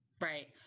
Right